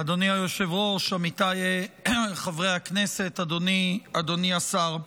אדוני היושב-ראש, עמיתיי חברי הכנסת, אדוני השר,